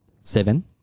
Seven